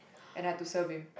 and I had to serve him